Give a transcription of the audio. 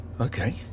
Okay